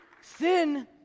sin